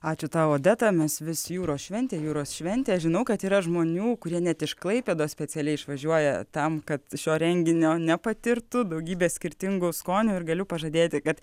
ačiū tau odeta mes vis jūros šventė jūros šventė žinau kad yra žmonių kurie net iš klaipėdos specialiai išvažiuoja tam kad šio renginio nepatirtų daugybė skirtingų skonių ir galiu pažadėti kad